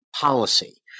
policy